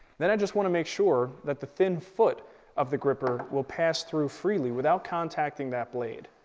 then i just want to make sure that the thin foot of the grr-ripper will pass through freely without contacting that blade.